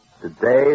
today